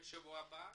דיון בשבוע הבא.